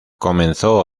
comenzó